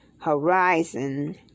horizon